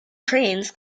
trains